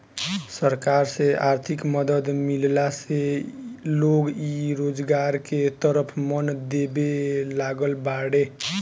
सरकार से आर्थिक मदद मिलला से लोग इ रोजगार के तरफ मन देबे लागल बाड़ें